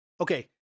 Okay